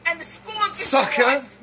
Sucker